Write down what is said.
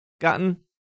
gotten